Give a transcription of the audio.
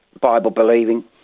Bible-believing